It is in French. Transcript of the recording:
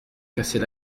casser